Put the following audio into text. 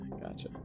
gotcha